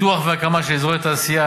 פיתוח והקמה של אזורי תעשייה,